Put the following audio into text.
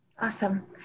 Awesome